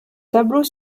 tableau